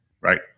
right